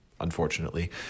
unfortunately